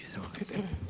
Izvolite.